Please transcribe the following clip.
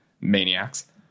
maniacs